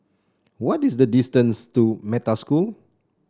what is the distance to Metta School